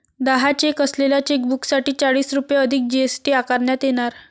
दहा चेक असलेल्या चेकबुकसाठी चाळीस रुपये अधिक जी.एस.टी आकारण्यात येणार